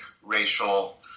racial